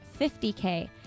50K